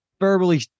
verbally